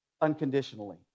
unconditionally